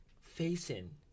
facing